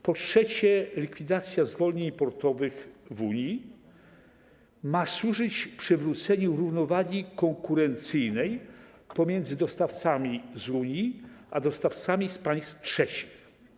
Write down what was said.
Po trzecie, likwidacja zwolnień importowych w Unii ma służyć przywróceniu równowagi konkurencyjnej pomiędzy dostawcami w Unii a dostawcami z państw trzecich.